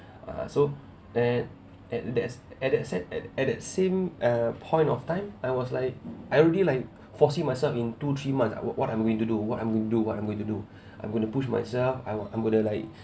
uh so at that at that s~ at that same err point of time I was like I already like foresee myself in two three months what what I'm going to do what I'm going to do what I'm going to do I'm going to push myself I'll I'm going to like